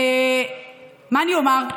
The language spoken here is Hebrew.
ומה אני אומר?